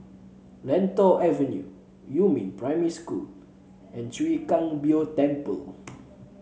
Lentor Avenue Yumin Primary School and Chwee Kang Beo Temple